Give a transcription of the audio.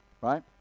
Right